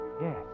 Yes